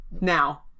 Now